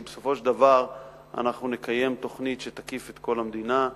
כי בסופו של דבר אנחנו נקיים תוכנית שתקיף את כל המדינה,